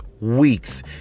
weeks